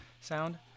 sound